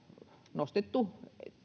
nostettu